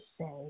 say